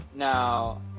Now